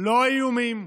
לא איומים,